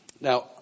Now